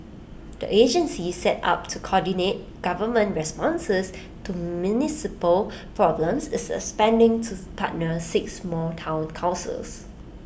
the agency set up to coordinate government responses to municipal problems is expanding to partner six more Town councils